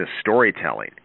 storytelling